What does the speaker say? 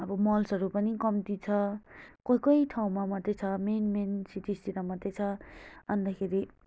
अब मल्सहरू पनि कम्ती छ कोही कोही ठाउँमा मात्रै छ मेन मेन सिटिजतिर मात्रै छ अन्तखेरि